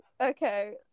okay